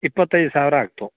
ಇಪ್ಪತ್ತೈದು ಸಾವಿರ ಆಗ್ತು